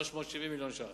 370 מיליון ש"ח,